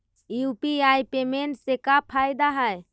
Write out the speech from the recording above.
UPI payment से का फायदा है?